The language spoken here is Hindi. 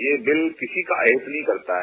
यह बिल किसी का अहित नहीं करता है